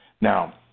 Now